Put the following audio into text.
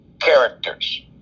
characters